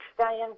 Diane